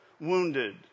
wounded